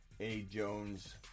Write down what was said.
A-Jones